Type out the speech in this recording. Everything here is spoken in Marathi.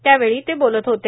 त्यावेळी ते बोलत होते